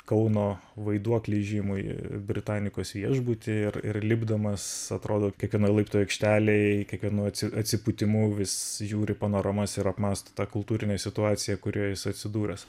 kauno vaiduoklį įžymųjį britanikos viešbutį ir ir lipdamas atrodo kiekvienoj laiptų aikštelėj kiekvienoj atsipūtimu vis žiūri panoramas ir apmąsto tą kultūrinę situaciją kurioj jis atsidūręs